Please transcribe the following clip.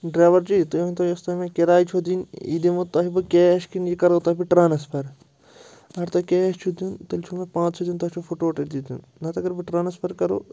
driver ji تُہۍ ؤنۍ تو یُس تۄہہِ مےٚ کِراے چھُو دِنۍ یہِ دِمو تۄہہِ بہٕ کیش کِنہٕ یہِ کَرو تۄہہِ بہٕ ٹرٛانسفَر اگر تۄہہِ کیش چھُو دیُن تیٚلہِ چھُو مےٚ پانٛژھ ہیوتُن تۄہہِ چھُو فٹوٹ نَتہٕ اگربہٕ ٹرٛانسفر کَرو